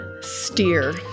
steer